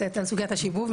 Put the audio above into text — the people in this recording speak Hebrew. סוגיית השיבוב.